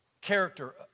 Character